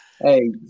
Hey